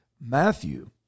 Matthew